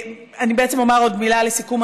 אני בעצם אומר עוד מילה לסיכום.